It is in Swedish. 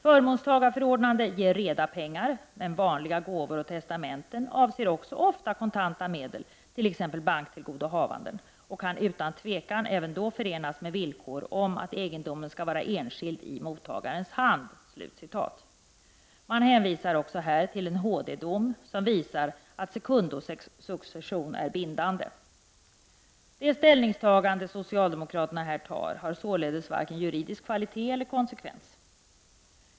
Förmånstagarförordnande ger reda pengar, men vanliga gåvor och testamente avser också ofta kontanta medel t.ex. banktillgodohavanden och kan utan tvekan även då förenas med villkor om att egendomen skall vara enskild i mottagarens hand.” Man hänvisar också här till en HD-dom, som visar att secundosuccession är bindande. Det ställningstagande som socialdemokraterna här gör har således varken juridisk kvalitet eller konsekvens.